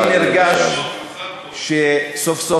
אני נרגש שסוף-סוף,